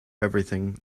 everything